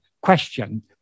question